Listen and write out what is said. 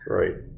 right